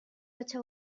cotxe